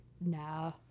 Nah